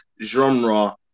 genre